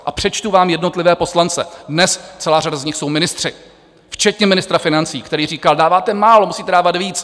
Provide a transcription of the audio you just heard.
A přečtu vám jednotlivé poslance, dnes celá řada z nich jsou ministři, včetně ministra financí, který říkal: Dáváte málo, musíte dávat víc.